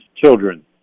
children